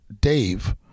Dave